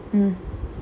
mmhmm